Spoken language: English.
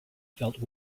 felt